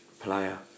player